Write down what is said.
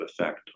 effect